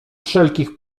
wszelkich